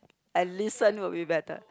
I listen will be better